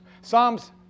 Psalms